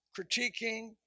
critiquing